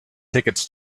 tickets